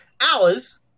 hours